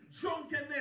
drunkenness